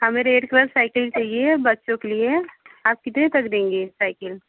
हमें red cycle चाहिए बच्चों के लिए आप कितने तक देंगे साइकिल